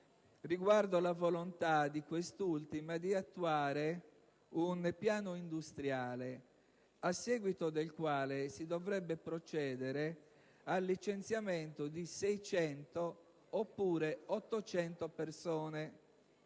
riguardo alla volontà di quest'ultima di attuare un piano industriale a seguito del quale si dovrebbe procedere al licenziamento di 600 oppure di 800 persone: